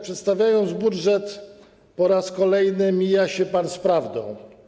Przedstawiając budżet, po raz kolejny mija się pan z prawdą.